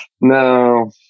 no